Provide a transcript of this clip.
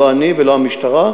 לא לי ולא למשטרה,